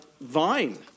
vine